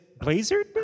Blazer